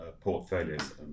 portfolios